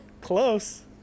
Close